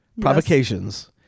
provocations